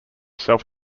self